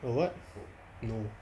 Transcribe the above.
a what no